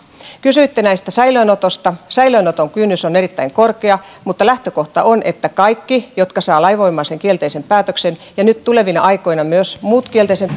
kysyitte tästä säilöönotosta säilöönoton kynnys on erittäin korkea mutta lähtökohta on että kaikkien niiden kohdalla jotka saavat lainvoimaisen kielteisen päätöksen ja nyt tulevina aikoina myös muiden kielteisen